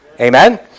Amen